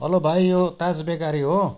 hello भाइ यो Taj bakery हो